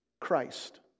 Christ